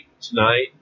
tonight